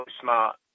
smart